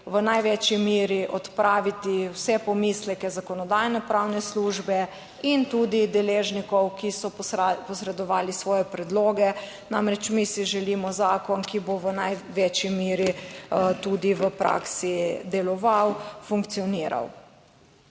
v največji meri odpraviti vse pomisleke Zakonodajno-pravne službe in tudi deležnikov, ki so posredovali svoje predloge. Namreč mi si želimo zakon, ki bo v največji meri tudi v praksi deloval, funkcioniral.